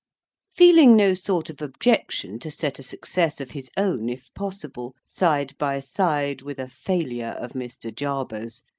feeling no sort of objection to set a success of his own, if possible, side by side with a failure of mr. jarber's,